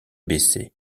baissé